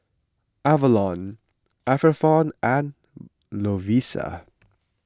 Avalon Atherton and Lovisa